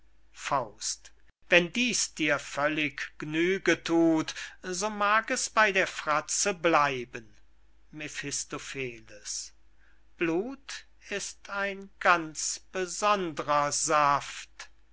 blut wenn dieß dir völlig g'nüge thut so mag es bey der fratze bleiben mephistopheles blut ist ein ganz besondrer saft